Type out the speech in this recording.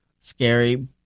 scary